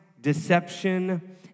deception